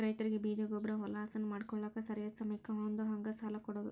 ರೈತರಿಗೆ ಬೇಜ, ಗೊಬ್ಬ್ರಾ, ಹೊಲಾ ಹಸನ ಮಾಡ್ಕೋಳಾಕ ಸರಿಯಾದ ಸಮಯಕ್ಕ ಹೊಂದುಹಂಗ ಸಾಲಾ ಕೊಡುದ